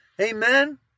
Amen